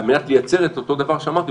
על מנת לייצר את אותו דבר שאמרתי,